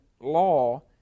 law